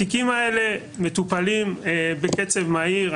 התיקים האלה מטופלים בקצב מהיר.